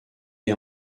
est